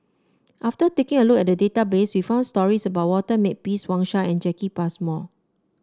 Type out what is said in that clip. after taking a look at the database we found stories about Walter Makepeace Wang Sha and Jacki Passmore